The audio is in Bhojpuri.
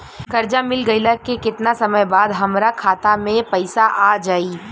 कर्जा मिल गईला के केतना समय बाद हमरा खाता मे पैसा आ जायी?